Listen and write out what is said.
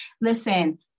listen